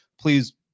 please